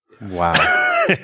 Wow